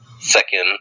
second